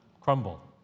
crumble